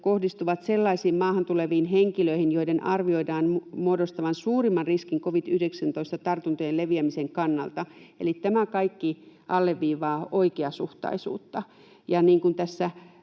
kohdistuvat sellaisiin maahan tuleviin henkilöihin, joiden arvioidaan muodostavan suurimman riskin covid-19-tartuntojen leviämisen kannalta. Eli tämä kaikki alleviivaa oikeasuhtaisuutta, ja niin kuin tässä